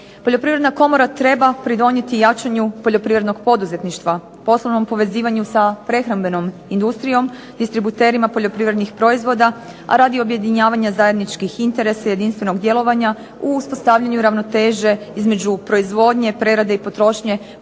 Poljoprivredna komora treba pridonijeti jačanju poljoprivrednog poduzetništva, poslovnom povezivanju sa prehrambenom industrijom, distributerima poljoprivrednih proizvoda, a radi objedinjavanja zajedničkih interesa jedinstvenog djelovanja u uspostavljanju ravnoteže između proizvodnje, prerade i potrošnje